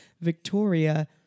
Victoria